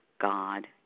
God